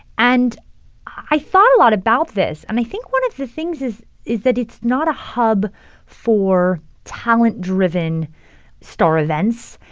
and i thought a lot about this. and i think one of the things is is that it's not a hub for talent-driven star events,